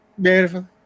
beautiful